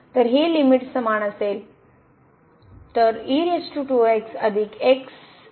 तर हे लिमिट समान असेल तर